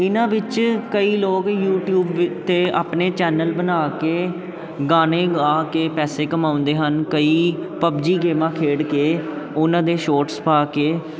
ਇਹਨਾਂ ਵਿੱਚ ਕਈ ਲੋਕ ਯੂਟਿਊਬ ਵਿੱਚ ਅਤੇ ਆਪਣੇ ਚੈਨਲ ਬਣਾ ਕੇ ਗਾਣੇ ਗਾ ਕੇ ਪੈਸੇ ਕਮਾਉਂਦੇ ਹਨ ਕਈ ਪਬਜੀ ਗੇਮਾਂ ਖੇਡ ਕੇ ਉਹਨਾਂ ਦੇ ਸ਼ੋਟਸ ਪਾ ਕੇ